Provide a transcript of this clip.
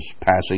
passing